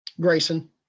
Grayson